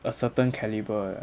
a certain calibre